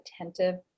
attentive